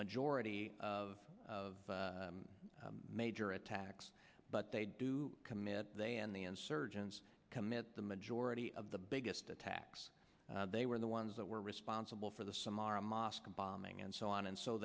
majority of of major attacks but they do commit they and the insurgents commit the majority of the biggest attacks they were the ones that were responsible for the some are a mosque bombing and so on and so